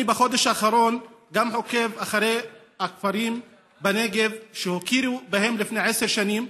בחודש האחרון אני גם עוקב אחרי הכפרים בנגב שהכירו בהם לפני עשר שנים,